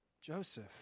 Joseph